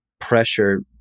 pressure